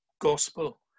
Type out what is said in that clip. gospel